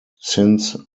since